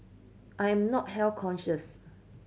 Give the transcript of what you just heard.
I am not health conscious